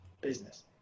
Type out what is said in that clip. business